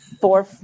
Four